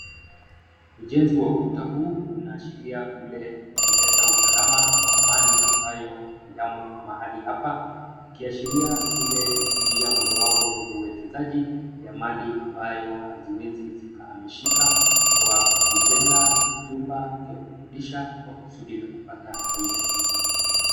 Ujenzi wa ukuta huu unaashiria ule wa kuleta usalama kwa mali ambayo yamo mahali hapa, ikiashiria ile njia mojawapo ya uwekezaji ya mali ambayo haziwezi zikahamishika kwa kujenga jumba za kukodisha kwa kusudi la kupata faida.